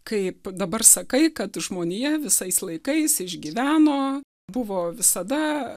kaip dabar sakai kad žmonija visais laikais išgyveno buvo visada